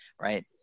right